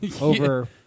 over